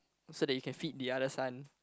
so that you can fit the other son